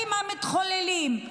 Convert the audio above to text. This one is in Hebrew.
הפשעים המתחוללים.